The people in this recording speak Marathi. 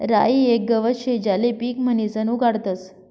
राई येक गवत शे ज्याले पीक म्हणीसन उगाडतस